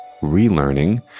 relearning